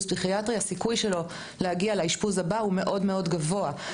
פסיכיאטרי להגיע לאשפוז הבא הוא מאוד-מאוד גבוה.